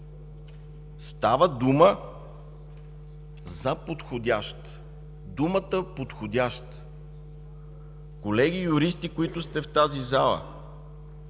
Става дума за „подходящ”. Думата е „подходящ”! Колеги юристи, които сте в тази зала,